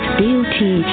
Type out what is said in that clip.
beauty